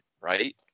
right